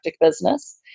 business